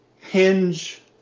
hinge